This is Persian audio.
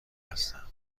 هستم